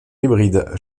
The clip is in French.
hybride